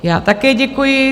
Já také děkuji.